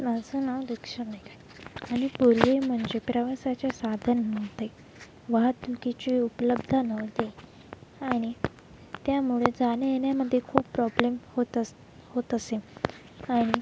माझं नाव दीक्षा नाईक आहे आणि पूर्वी म्हणजे प्रवासाचे साधन नव्हते वाहतुकीची उपलब्धता नव्हती आणि त्यामुळे जाण्यायेण्यामध्ये खूप प्रॉब्लेम होत असे होत असे कारण